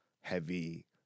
heavy